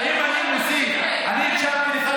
אני הקשבתי לך,